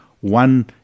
one